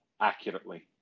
accurately